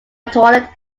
toilet